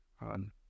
on